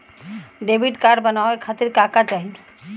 Debit card बनवावे खातिर का का चाही?